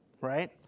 Right